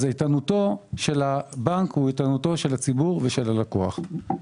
אז איתנותו של הבנק הוא איתנותו של הציבור ושל הלקוח.